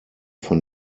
von